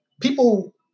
People